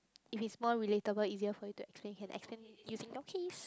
if it's more relatable easier for you to explain can explain using your keys